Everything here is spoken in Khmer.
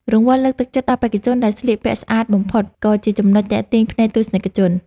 រង្វាន់លើកទឹកចិត្តដល់បេក្ខជនដែលស្លៀកពាក់ស្អាតបំផុតក៏ជាចំណុចទាក់ទាញភ្នែកទស្សនិកជន។